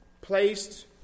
placed